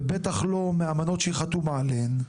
ובטח לא מאמנות שהיא חתומה עליהן.